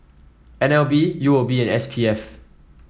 N L B U O B and S P F